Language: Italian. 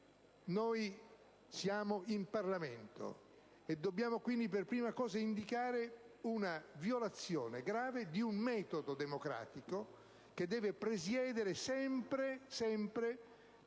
noi siamo in Parlamento e dobbiamo quindi, per prima cosa, indicare una violazione grave di un metodo democratico che deve presiedere sempre a